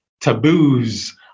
taboos